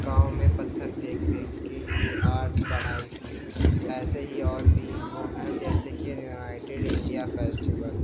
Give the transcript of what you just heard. گاؤں میں پتھر پھینک پھینک کے یہ آرٹ بنائی تھی ایسے ہی اور بھی وہ ہیں جیسے کہ یونائیٹڈ انڈیا فیسٹیول